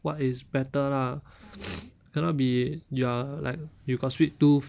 what is better lah cannot be you are like you got sweet tooth